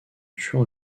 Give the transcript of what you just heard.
tuant